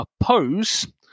oppose